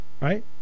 Right